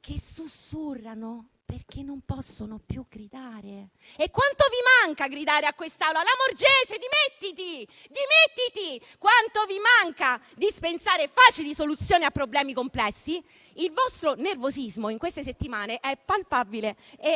che sussurrano, perché non possono più gridare. Ma quanto vi manca gridare a quest'Assemblea «Lamorgese, dimettiti»? Quanto vi manca dispensare facili soluzioni a problemi complessi? Il vostro nervosismo in queste settimane è palpabile e ogni